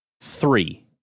Three